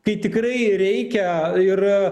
kai tikrai reikia ir